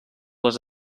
les